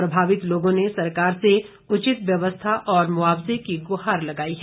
प्रभावित लोगों ने सरकार से उचित व्यवस्था और मुआवजे की गुहार लगाई है